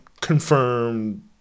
confirmed